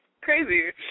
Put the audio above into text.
crazy